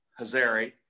Hazari